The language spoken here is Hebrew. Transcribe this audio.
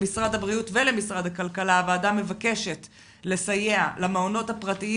למשרד הבריאות ולמשרד הכלכלה הוועדה מבקשת לסייע למעונות הפרטיים